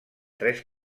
tres